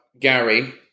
Gary